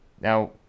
Now